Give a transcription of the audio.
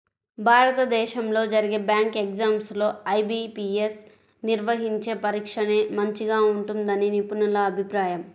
భారతదేశంలో జరిగే bank exams లో ఐ.బీ.పీ.యస్ నిర్వహించే పరీక్షనే మంచిగా ఉంటుందని నిపుణుల అభిప్రాయం